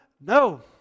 No